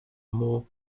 more